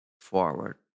forward